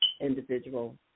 individual